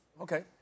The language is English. Okay